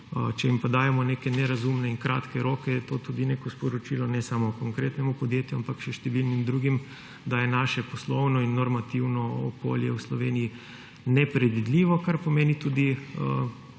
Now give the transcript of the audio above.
Če jim pa dajemo neke nerazumne in kratke roke je to tudi neko sporočilo ne samo konkretnemu podjetju, ampak še številnim drugim, da je naše poslovno in normativno okolje v Sloveniji nepredvidljivo, kar pomeni tudi